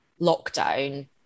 lockdown